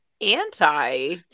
anti